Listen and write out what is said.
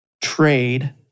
trade